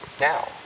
now